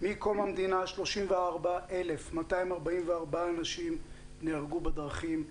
מקום המדינה 34,244 אנשים נהרגו בדרכים,